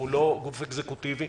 ולא גוף חיצוני.